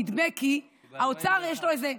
נדמה כי האוצר, יש לו איזה,